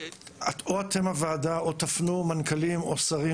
אתם הוועדה או שתפנו מנכ"לים או שרים